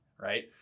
Right